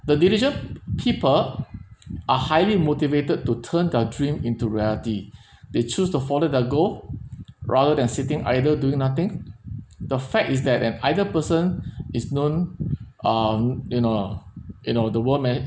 the diligent p~people are highly motivated to turn their dream into reality they choose to follow their goal rather than sitting idle doing nothing the fact is that an ideal person is known um you know you know the word me~